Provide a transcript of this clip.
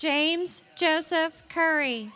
james joseph curr